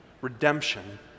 redemption